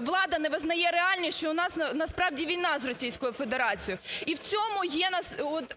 влада не визнає реальність, що в нас, насправді, війна з Російською Федерацією. І в цьому є от